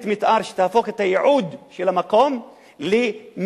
מיתאר שתהפוך את הייעוד של המקום למסגד,